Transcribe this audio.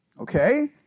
Okay